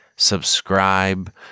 subscribe